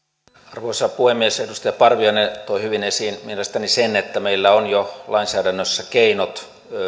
arvoisa puhemies edustaja parviainen toi hyvin esiin mielestäni sen että meillä on jo lainsäädännössä keinot